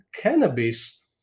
cannabis